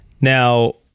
now